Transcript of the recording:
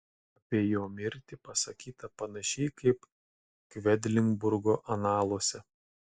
apie jo mirtį pasakyta panašiai kaip kvedlinburgo analuose